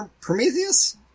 prometheus